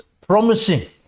promising